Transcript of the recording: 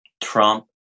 Trump